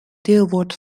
deelwoord